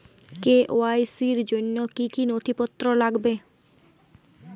KYC র জন্য কি কি নথিপত্র লাগবে?